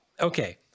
okay